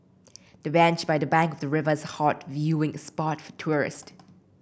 the bench by the bank of the river is hot viewing spot for tourists